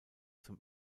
zum